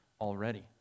already